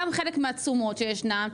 גם חלק מהתשומות שישנם,